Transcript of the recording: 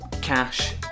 cash